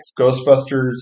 Ghostbusters